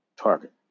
target